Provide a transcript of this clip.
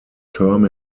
term